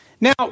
Now